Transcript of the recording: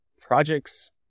projects